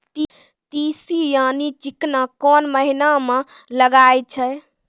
तीसी यानि चिकना कोन महिना म लगाय छै?